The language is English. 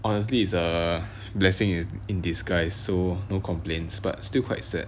honestly is a blessing in in disguise so no complaints but still quite sad